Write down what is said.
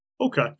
Okay